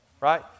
Right